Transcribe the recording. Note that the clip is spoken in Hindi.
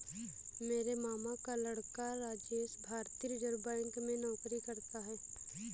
मेरे मामा का लड़का राजेश भारतीय रिजर्व बैंक में नौकरी करता है